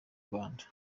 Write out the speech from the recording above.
rwanda